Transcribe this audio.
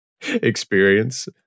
experience